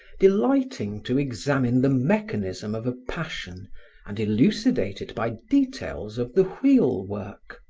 delighting to examine the mechanism of a passion and elucidate it by details of the wheel work.